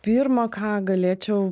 pirma ką galėčiau